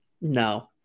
No